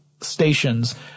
stations